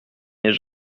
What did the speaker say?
n’est